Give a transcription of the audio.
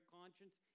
conscience